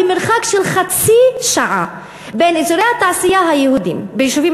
במרחק של חצי שעה בין אזורי התעשייה ביישובים